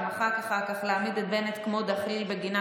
ומחק אחר כך: להעמיד את בנט כמו דחליל בגינה